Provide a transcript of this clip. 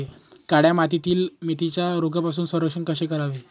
काळ्या मातीतील मेथीचे रोगापासून संरक्षण कसे करावे?